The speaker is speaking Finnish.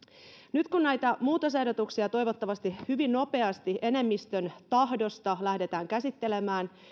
nyt kun näitä muutosehdotuksia toivottavasti hyvin nopeasti enemmistön tahdosta lähdetään käsittelemään